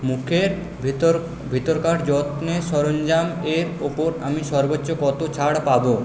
মুখের ভিতর ভিতরকার যত্নের সরঞ্জাম এর ওপর আমি সর্বোচ্চ কত ছাড় পাব